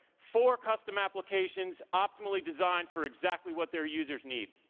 four custom applications, optimally designed for exactly what their users need,